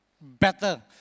better